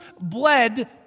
bled